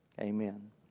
Amen